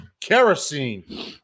kerosene